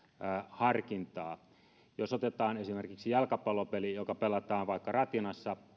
harkintaa jos otetaan esimerkiksi jalkapallopeli joka pelataan vaikka ratinassa